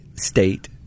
state